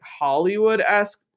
Hollywood-esque